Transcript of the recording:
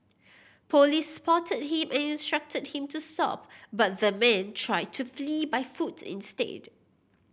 police spotted him and instructed him to stop but the man tried to flee by foot instead